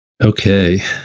Okay